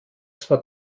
zwar